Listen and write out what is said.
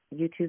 YouTube